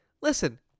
listen